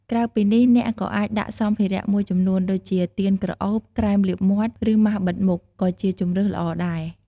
ក្រៅពីនេះ អ្នកក៏អាចដាក់សម្ភារៈមួយចំនួន ដូចជា ទៀនក្រអូប ក្រែមលាបមាត់ ឬ ម៉ាស់បិទមុខក៏ជាជម្រើសល្អដែរ។